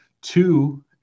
two